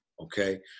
okay